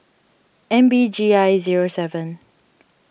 M B G I zero seven